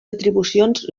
atribucions